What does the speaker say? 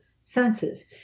senses